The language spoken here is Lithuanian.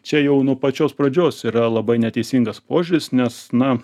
čia jau nuo pačios pradžios yra labai neteisingas požiūris nes na